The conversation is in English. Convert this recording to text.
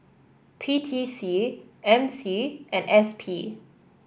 P T C M C and S P